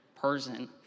person